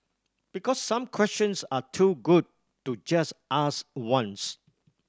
because some questions are too good to just ask once